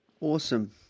Awesome